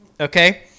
Okay